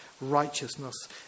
righteousness